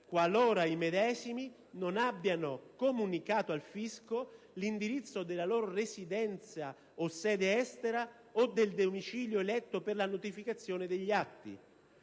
qualora i medesimi non abbiano comunicato al fisco l'indirizzo della loro residenza o sede estera o del domicilio eletto per la notificazione degli atti.